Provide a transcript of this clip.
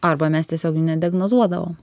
arba mes tiesiog jų nediagnozuodavom